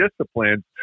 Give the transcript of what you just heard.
disciplines